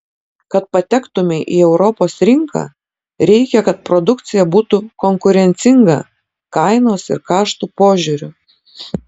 kad patektumei į europos rinką reikia kad produkcija būtų konkurencinga kainos ir kaštų požiūriu